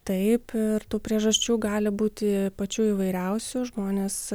taip ir tų priežasčių gali būti pačių įvairiausių žmonės